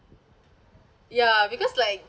ya because like